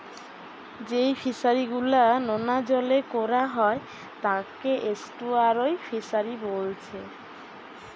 যেই ফিশারি গুলা নোনা জলে কোরা হয় তাকে এস্টুয়ারই ফিসারী বোলছে